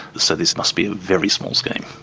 so this must be a very small scheme.